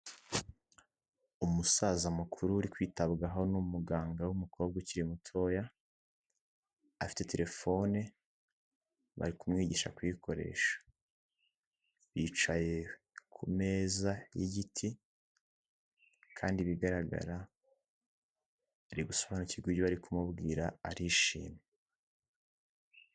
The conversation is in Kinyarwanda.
Umusaza mukuru uri kwitabwaho n'umuganga w'umukobwa ukiri mutoya, afite telefone bari kumwigisha kuyikoresha, bicaye ku meza y'igiti kandi bigaragara ari gusobanukirwe uburyo bari kumubwira arishimye.